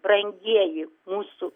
brangieji mūsų